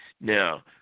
Now